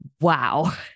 Wow